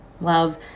Love